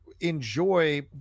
enjoy